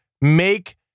make